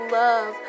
love